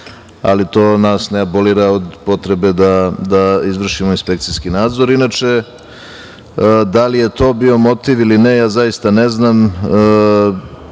ali to nas ne abolira od potrebe da izvršimo inspekcijski nadzor. Inače, da li je to bio motiv ili ne, ja zaista ne znam,